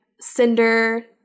Cinder